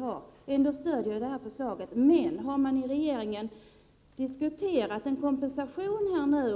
hot. Ändå stödjer jag det här förslaget. Har regeringen diskuterat en kompensation här hemma?